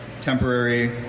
temporary